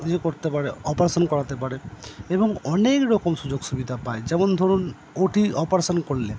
ইয়ে করতে পারে অপারেশান করাতে পারে এবং অনেক রকম সুযোগ সুবিধা পায় যেমন ধরুন ওটি অপারেশন করলে